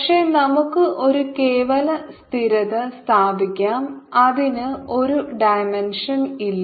പക്ഷേ നമുക്ക് ഒരു കേവല സ്ഥിരത സ്ഥാപിക്കാം അതിന് ഒരു ഡിമെൻഷൻ ഇല്ല